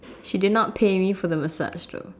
she did not pay me for the massage job